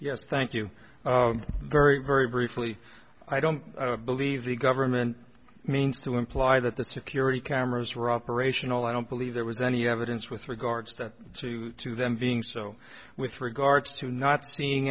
yes thank you very very briefly i don't believe the government means to imply that the security cameras were operational i don't believe there was any evidence with regards that suit to them being so with regards to not seeing